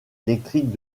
électriques